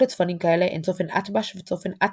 לצפנים כאלה הן צופן אתב"ש וצופן אטב"ח,